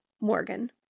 Morgan